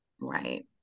right